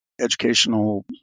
educational